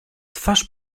twarz